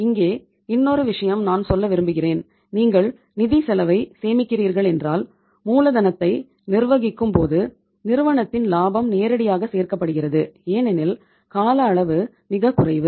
இங்கே இன்னொரு விஷயம் நான் சொல்ல விரும்புகிறேன் நீங்கள் நிதிச் செலவைச் சேமிக்கிறீர்கள் என்றால் மூலதனத்தை நிர்வகிக்கும் போது நிறுவனத்தின் லாபம் நேரடியாகச் சேர்க்கிறது ஏனெனில் கால அளவு மிகக் குறைவு